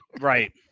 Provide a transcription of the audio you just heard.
Right